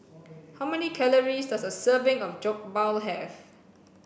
how many calories does a serving of Jokbal have